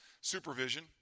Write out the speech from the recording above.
supervision